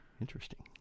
Interesting